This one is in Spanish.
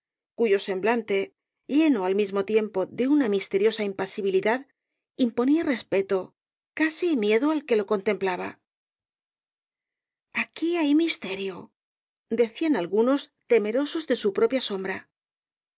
cuyo semblante lleno al mismo tiempo de una misteriosa impasibilidad imponía respeto casi miedo al que lo contemplaba aquí hay misterio decían algunos temerosos de su propia sombra lo